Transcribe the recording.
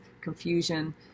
confusion